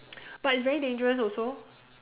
but it's very dangerous also